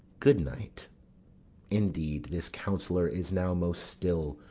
good-night indeed, this counsellor is now most still,